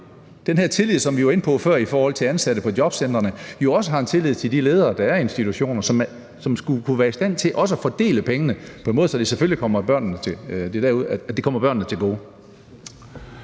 den her tillid, som vi var inde på før i forbindelse med ansatte på jobcentrene, til, at de ledere, der er på institutionerne, også er i stand til at fordele pengene på en måde, så de kommer børnene til gode.